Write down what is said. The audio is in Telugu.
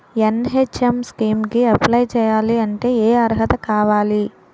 ఎన్.హెచ్.ఎం స్కీమ్ కి అప్లై చేయాలి అంటే ఏ అర్హత కావాలి?